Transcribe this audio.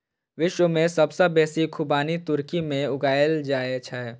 विश्व मे सबसं बेसी खुबानी तुर्की मे उगायल जाए छै